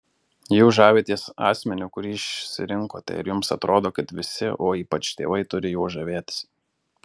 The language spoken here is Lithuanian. jūs žavitės asmeniu kurį išsirinkote ir jums atrodo kad visi o ypač tėvai turi juo žavėtis